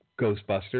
Ghostbusters